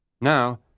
Now